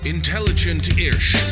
Intelligent-ish